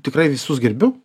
tikrai visus gerbiu